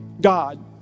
God